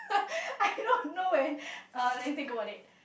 I don't know man let me think about it